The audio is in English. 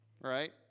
right